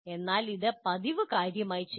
എന്നാൽ ഇത് പതിവ് കാര്യമായി ചെയ്യണം